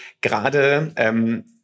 gerade